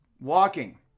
walking